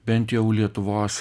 bent jau lietuvos